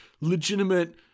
Legitimate